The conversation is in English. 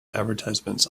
advertisements